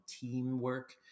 teamwork